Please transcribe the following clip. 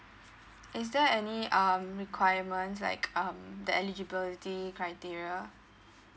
is there any um requirements like um the eligibility criteria